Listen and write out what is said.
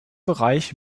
bereich